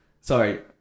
Sorry